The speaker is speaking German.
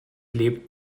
lebt